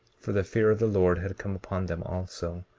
for the fear of the lord had come upon them also,